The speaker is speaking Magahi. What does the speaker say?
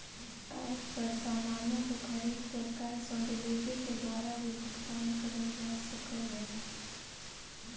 एप पर सामानों को खरीद कर कैश ऑन डिलीवरी के द्वारा भी भुगतान करल जा सकलई